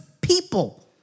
people